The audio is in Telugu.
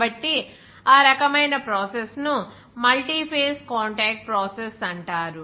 కాబట్టి ఆ రకమైన ప్రాసెస్ ను మల్టీ ఫేస్ కాంటాక్ట్ ప్రాసెస్ అంటారు